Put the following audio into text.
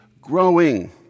growing